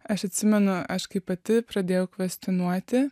aš atsimenu aš kai pati pradėjau kvestionuoti